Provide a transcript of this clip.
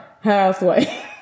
halfway